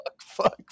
fuck